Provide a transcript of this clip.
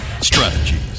Strategies